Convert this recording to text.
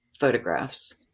photographs